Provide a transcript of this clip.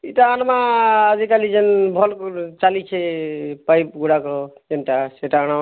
ଇଟା ଆନମା ଆଜିକାଲି ଜେନ୍ ଭଲ୍ ଚାଲିଛେ ପାଇପ୍ ଗୁଡ଼ାକ ଯେନ୍ତା ସେଟା ଆନମା